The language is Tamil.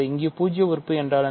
இங்குபூஜ்ஜிய உறுப்புஎன்றால் என்ன